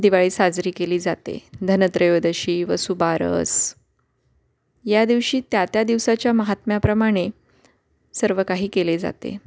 दिवाळी साजरी केली जाते धनत्रयोदशी वसुबारस या दिवशी त्या त्या दिवसाच्या महात्म्याप्रमाणे सर्व काही केले जाते